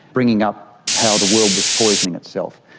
bringing up how the world was poisoning itself.